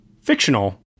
fictional